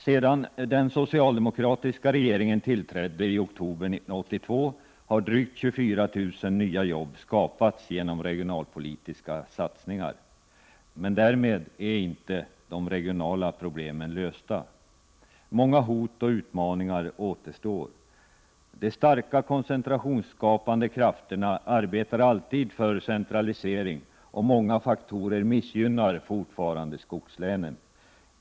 Sedan den socialdemokratiska regeringen tillträdde i oktober 1982 har drygt 24 000 nya jobb skapats genom regionalpolitiska satsningar. Men därmed är inte de regionala problemen lösta. Många hot och utmaningar återstår. De starka koncentrationsskapande krafterna arbetar alltid för centralisering, och många faktorer missgynnar fortfarande skogslänen.